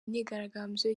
myigaragambyo